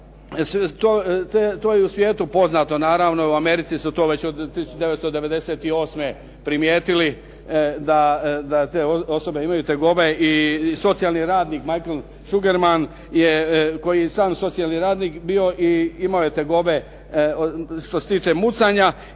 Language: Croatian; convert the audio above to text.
to je u svijetu poznato, naravno i u Americi su to već od 1998. primijetili da te osobe imaju tegobe i socijalni radnik Michel Sugerman je koji je sam socijalni radnik bio i imao je tegobe što se tiče mucanja